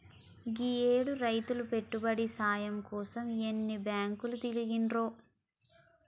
గీయేడు రైతులు పెట్టుబడి సాయం కోసం ఎన్ని బాంకులు తిరిగిండ్రో